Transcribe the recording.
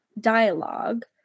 dialogue